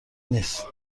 نیست